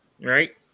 right